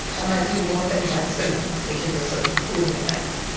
and i do more things like swimming which is a sort of cooling effect.